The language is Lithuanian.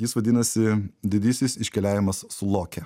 jis vadinasi didysis iškeliavimas su loke